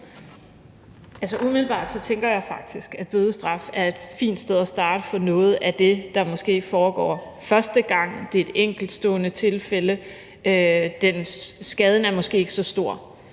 umiddelbart tænker jeg faktisk, at bødestraf er et fint sted at starte for noget af det, der måske foregår for første gang, og hvor der er tale om et enkeltstående tilfælde og skaden måske ikke er så stor.